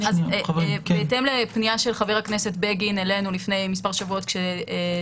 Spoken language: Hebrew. בהתאם לפנייה של חבר הכנסת בגין אלינו לפני כמה שבועות כששוחחנו,